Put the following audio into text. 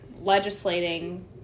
legislating